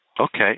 Okay